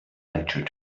lecture